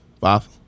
five